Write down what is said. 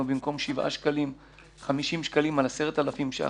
50 שקלים במקום שבעה שקלים על 10,000 שקלים.